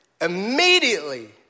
immediately